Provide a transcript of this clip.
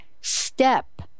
step